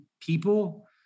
people